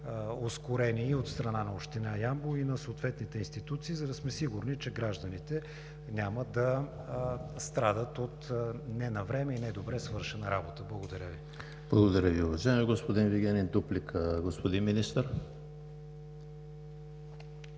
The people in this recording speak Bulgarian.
ускорени и от страна на Община Ямбол, и на съответните институции, за да сме сигурни, че гражданите няма да страдат от ненавреме и недобре свършена работа. Благодаря Ви. ПРЕДСЕДАТЕЛ ЕМИЛ ХРИСТОВ: Благодаря Ви, уважаеми господин Вигенин. Дуплика, господин Министър.